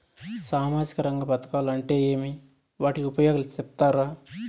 సామాజిక రంగ పథకాలు అంటే ఏమి? వాటి ఉపయోగాలు సెప్తారా?